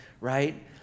right